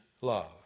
love